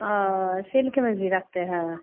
और सिल्क में भी रखते हैं